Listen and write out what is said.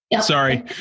Sorry